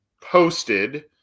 posted